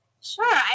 Sure